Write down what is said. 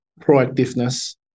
proactiveness